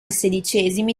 sedicesimi